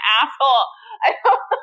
asshole